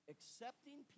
Accepting